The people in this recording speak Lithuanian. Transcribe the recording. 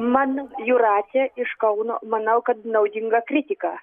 man jūratė iš kauno manau kad naudinga kritika